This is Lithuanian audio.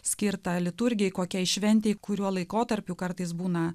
skirtą liturgijai kokioje šventėje kuriuo laikotarpiu kartais būna